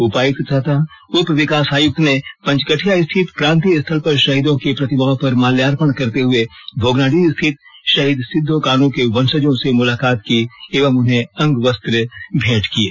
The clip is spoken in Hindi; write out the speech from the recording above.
उपायुक्त तथा उप विकास आयुक्त ने पंचकठिया स्थित क्रांति स्थल पर शहीदों की प्रतिमाओं पर माल्यार्पण करते हुए भोगनाडीह स्थित शहीद सिदो कान्ह के वंशजों से मुलाकात की एवं उन्हें अंग वस्त्र भेंट किये